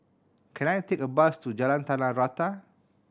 can I take a bus to Jalan Tanah Rata